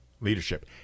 leadership